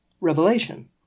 revelation